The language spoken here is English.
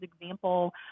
example